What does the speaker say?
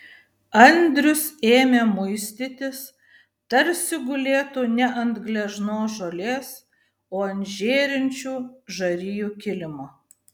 andrius ėmė muistytis tarsi gulėtų ne ant gležnos žolės o ant žėrinčių žarijų kilimo